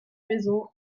maison